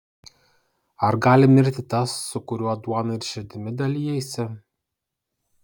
ar gali mirti tas su kuriuo duona ir širdimi dalijaisi